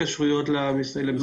ההתקשרויות לא עוברות למשרד הבריאות.